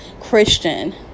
Christian